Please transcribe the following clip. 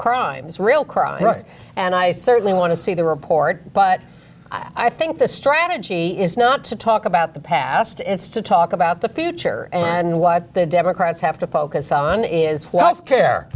crimes real crime and i certainly want to see the report but i think the strategy is not to talk about the past it's to talk about the future and what the democrats have to focus on is